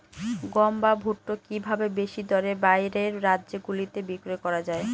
গম বা ভুট্ট কি ভাবে বেশি দরে বাইরের রাজ্যগুলিতে বিক্রয় করা য়ায়?